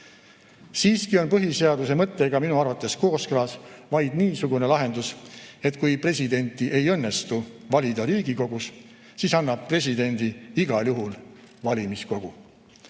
Siiski on põhiseaduse mõttega minu arvates kooskõlas vaid niisugune lahendus, et kui presidenti ei õnnestu valida Riigikogus, siis annab presidendi igal juhul valimiskogu.